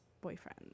boyfriend